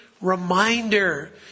reminder